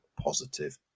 positive